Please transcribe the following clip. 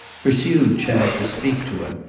pursued chad to speak to him,